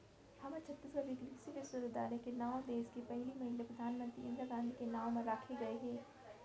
हमर छत्तीसगढ़ के कृषि बिस्वबिद्यालय के नांव देस के पहिली महिला परधानमंतरी इंदिरा गांधी के नांव म राखे गे हे